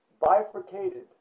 bifurcated